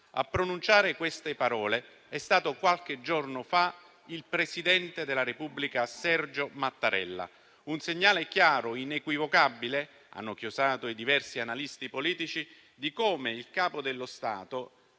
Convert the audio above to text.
a pronunciare queste parole è stato qualche giorno fa il presidente della Repubblica Sergio Mattarella. È un segnale chiaro e inequivocabile - hanno chiosato diversi analisti politici - di come il Capo dello Stato